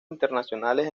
internacionales